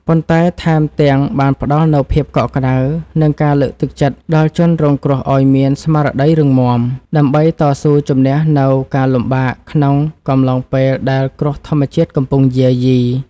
ប៉ុន្តែថែមទាំងបានផ្ដល់នូវភាពកក់ក្ដៅ និងការលើកទឹកចិត្តដល់ជនរងគ្រោះឱ្យមានស្មារតីរឹងមាំ ដើម្បីតស៊ូជម្នះនូវការលំបាកក្នុងកំឡុងពេលដែលគ្រោះធម្មជាតិកំពុងយាយី។